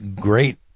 great